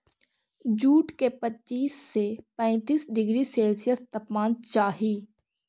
jute के पच्चीस से पैंतीस डिग्री सेल्सियस तापमान चाहहई